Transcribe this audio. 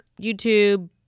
YouTube